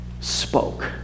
spoke